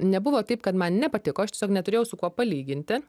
nebuvo taip kad man nepatiko aš tiesiog neturėjau su kuo palyginti